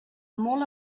molt